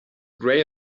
grey